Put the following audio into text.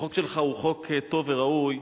החוק שלך הוא חוק טוב וראוי,